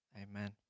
Amen